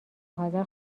حاضر